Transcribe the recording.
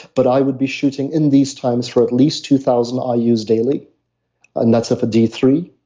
but i would be shooting in these times for at least two thousand, i use daily and that's for d three.